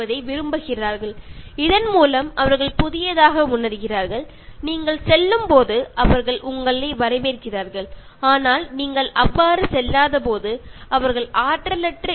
മനുഷ്യരെപ്പോലെ അവരോട് സംസാരിക്കുമ്പോൾ ചെടികളും നല്ല ഫ്രഷ് ആയി നിൽക്കുകയും ആളുകളെ അവരുടെ അടുത്തേക്ക് ആകർഷിക്കുകയും ചെയ്യുന്നു